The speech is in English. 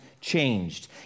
changed